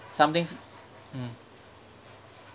something's mm